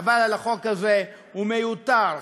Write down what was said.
חבל על החוק הזה, הוא מיותר.